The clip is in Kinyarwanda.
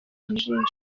ijisho